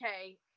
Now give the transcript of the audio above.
okay